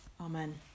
Amen